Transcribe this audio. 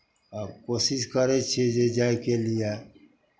आ कोशिश करै छियै जे जायके लिए